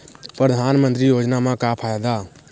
परधानमंतरी योजना म का फायदा?